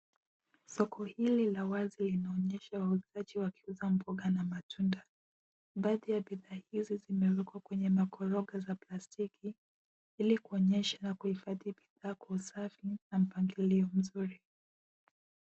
Soko hili la wazi linaonyesha wauzaji wakiuza mboga na matunda. Baadhi ya bidhaa hizi zimewekwa kwenye makoroga za plastiki, ili kuonyesha na kuhifadhi bidhaa kwa usafi na mpangilio mzuri.